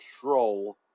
control